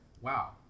wow